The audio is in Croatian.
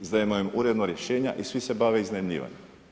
Izdajemo im uredno rješenja i svi se bave iznajmljivanjem.